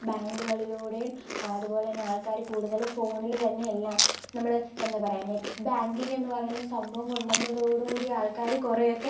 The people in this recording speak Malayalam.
ബാങ്കുകളിലൂടെയും അതു പോലെ തന്നെ ആൾക്കാർ കൂടുതൽ ഫോണിൽ തന്നെ എല്ലാം നമ്മൾ എന്താ പറയുക നെറ്റ് ബാങ്കിങ്ങ് എന്നു പറയുന്ന സംഭവം കൊണ്ടു വന്നതോടു കൂടി ആൾക്കാർ കുറേയൊക്കെ